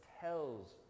tells